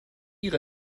ihre